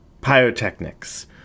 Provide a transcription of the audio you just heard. Pyrotechnics